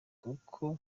kuko